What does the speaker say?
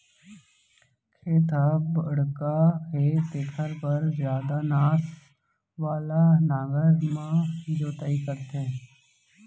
खेत ह बड़का हे तेखर बर जादा नास वाला नांगर म जोतई करथे